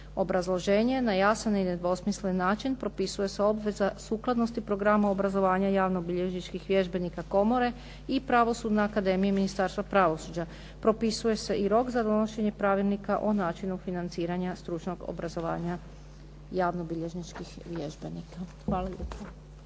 Obrazloženje. Na jasan i nedvosmislen način propisuje se obveza sukladnosti programa obrazovanja javnobilježničkih vježbenika komore i Pravosudne akademije Ministarstva pravosuđa. Propisuje se i rok za donošenje Pravilnika o načinu financiranja stručnog obrazovanja javnobilježničkih vježbenika. Hvala lijepo.